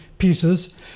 pieces